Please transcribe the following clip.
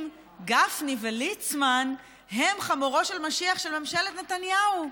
גפני וליצמן הם חמורו של משיח של ממשלת נתניהו?